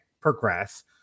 progress